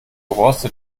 rostet